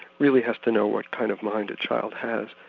really has to know what kind of mind a child has.